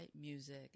Music